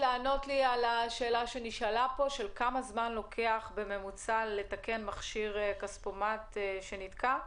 לענות על השאלה כמה זמן לוקח בממוצע לתקן מכשיר כספומט שנתקע?